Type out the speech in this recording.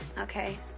okay